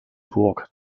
burg